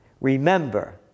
Remember